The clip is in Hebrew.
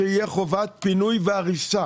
שתהיה חובת פינוי והריסה